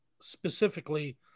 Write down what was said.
specifically